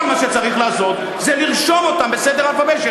כל מה שצריך לעשות זה לרשום אותם בסדר האל"ף-בי"ת,